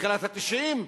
תחילת ה-90,